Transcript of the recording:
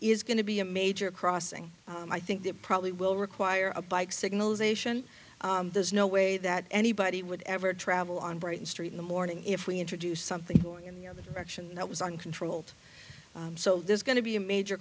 is going to be a major crossing i think that probably will require a bike signals ation there's no way that anybody would ever travel on brighton street in the morning if we introduce something going in the other direction that was uncontrolled so there's going to be a major